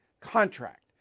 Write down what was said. contract